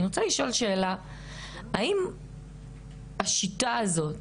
אני רוצה לשאול האם השיטה הזאת